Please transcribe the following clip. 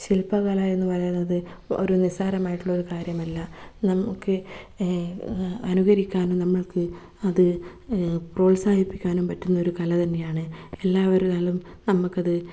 ശില്പകല എന്നുപറയുന്നത് ഒരു നിസ്സാരമായിട്ടുള്ള ഒരു കാര്യമല്ല നമുക്ക് അനുകരിക്കാനും നമ്മൾക്ക് അത് പ്രോൽസാഹിപ്പിക്കാനും പറ്റുന്ന ഒരു കല തന്നെയാണ് എല്ലാവരാലും നമ്മൾക്കത്